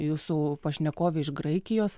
jūsų pašnekovė iš graikijos